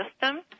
system